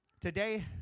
Today